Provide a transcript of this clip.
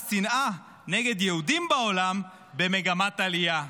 ופשעי השנאה נגד יהודים בעולם במגמת עלייה.